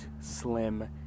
slim